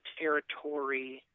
territory